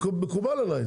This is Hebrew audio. מקובל עליי.